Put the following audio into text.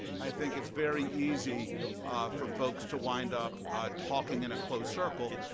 i think it's very easy for folks to wind up talking in a closed circle.